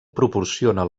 proporciona